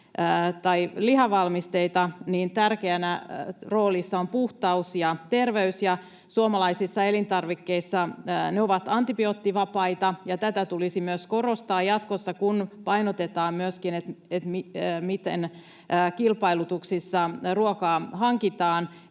tai lihavalmisteita, niin tärkeässä roolissa on puhtaus ja terveys. Suomalaiset elintarvikkeet ovat antibioottivapaita, ja tätä tulisi myös korostaa jatkossa, kun painotetaan myöskin sitä, miten kilpailutuksissa ruokaa hankitaan